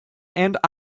and